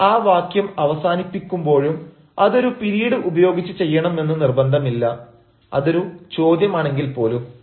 നിങ്ങൾ ആ വാക്യം അവസാനിപ്പിക്കുമ്പോഴും അത് ഒരു പിരീഡ് ഉപയോഗിച്ച് ചെയ്യണം എന്ന് നിർബന്ധമില്ല അത് ഒരു ചോദ്യം ആണെങ്കിൽ പോലും